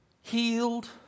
healed